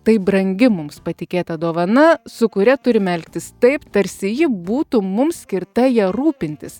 tai brangi mums patikėta dovana su kuria turime elgtis taip tarsi ji būtų mums skirta ja rūpintis